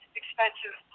expensive